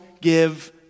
give